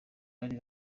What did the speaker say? bari